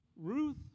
Ruth